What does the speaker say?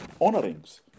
honourings